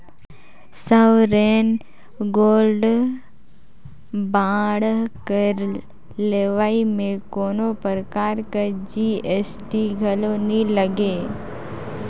sovereign gold bond कर लेवई में कोनो परकार कर जी.एस.टी घलो नी लगे